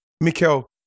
Mikel